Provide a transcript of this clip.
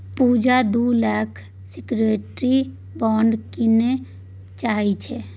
पुजा दु लाखक security bond कीनय चाहै छै